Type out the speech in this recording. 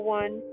one